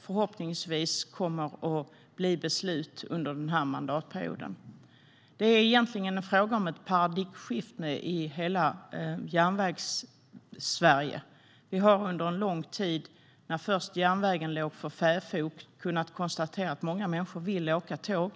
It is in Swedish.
Förhoppningsvis blir det ett beslut under den här mandatperioden. Det är egentligen fråga om ett paradigmskifte i hela Järnvägssverige. Vi har under lång tid när järnvägen legat för fäfot kunnat konstatera att många människor vill åka tåg.